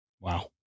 Wow